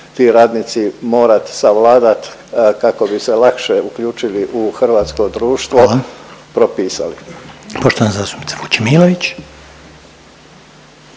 ti radnici morati savladati, kako bi se lakše uključili u hrvatsko društvo, propisali. **Reiner, Željko